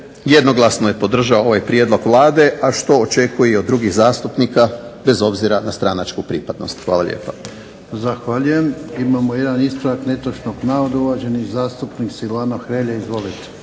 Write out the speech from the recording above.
jednoglasno je podržao ovaj Prijedlog Vlade a što očekuje i od drugih zastupnika bez obzira na stranačku pripadnost. Hvala lijepa. **Jarnjak, Ivan (HDZ)** Zahvaljujem. Imamo jedan ispravak netočnog navoda uvaženi zastupnik Silvano Hrelja. Izvolite.